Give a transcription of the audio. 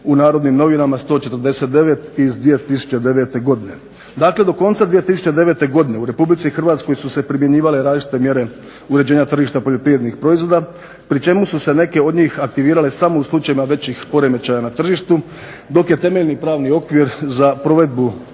u "Narodnim novinama" br. 149 iz 2009. godine. Dakle, do konca 2009. godine u Republici Hrvatskoj su se primjenjivale različite mjere uređenja tržišta poljoprivrednih proizvoda pri čemu su se neke od njih aktivirale samo u slučajevima većih poremećaja na tržištu, dok je temeljni pravni okvir za provedbu